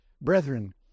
Brethren